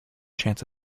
chance